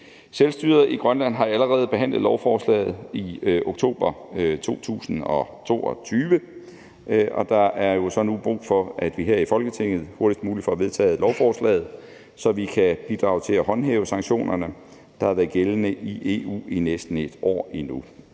Selvstyret i Grønland har allerede behandlet lovforslaget i oktober 2022, og der er jo så nu brug for, at vi her i Folketinget hurtigst muligt får vedtaget lovforslaget, så vi kan bidrage til at håndhæve sanktionerne, der har været gældende i EU i næsten et år nu.